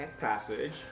passage